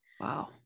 Wow